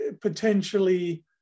potentially